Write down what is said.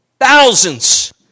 Thousands